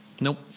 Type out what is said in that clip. Nope